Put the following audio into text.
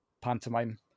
pantomime